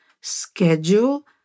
schedule